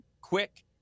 quick